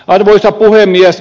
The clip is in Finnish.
arvoisa puhemies